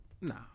Nah